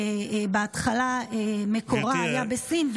בהתחלה מקורה היה בסין,